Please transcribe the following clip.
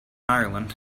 ireland